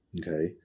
Okay